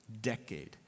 decade